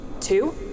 Two